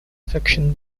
fiction